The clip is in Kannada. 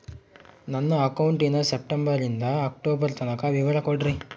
ನನ್ನ ಅಕೌಂಟಿನ ಸೆಪ್ಟೆಂಬರನಿಂದ ಅಕ್ಟೋಬರ್ ತನಕ ವಿವರ ಕೊಡ್ರಿ?